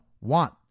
want